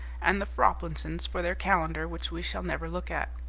and the froplinsons for their calendar, which we shall never look at.